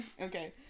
Okay